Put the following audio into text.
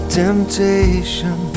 temptation